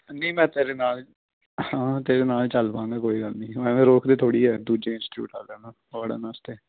ਨਹੀਂ ਮੈਂ ਤੇਰੇ ਨਾਲ ਹਾਂ ਤੇਰੇ ਨਾਲ ਚੱਲ ਪਵਾਂਗੇ ਕੋਈ ਗੱਲ ਨਹੀਂ ਐਵੇਂ ਰੋਕਦੇ ਥੋੜ੍ਹੀ ਹੈ ਦੂਜੇ ਇੰਸਟੀਚਿਊਟ ਵਾਲਿਆਂ ਨੂੰ ਵੜਨ ਵਾਸਤੇ